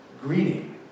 greeting